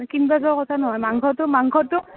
কিন্বা যোৱা কথা নহয় মাংসটো